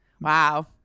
wow